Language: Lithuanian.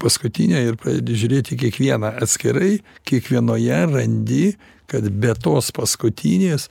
paskutinę ir pradedi žiūrėt į kiekvieną atskirai kiekvienoje randi kad be tos paskutinės